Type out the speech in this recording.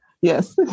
Yes